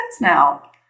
now